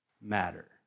matter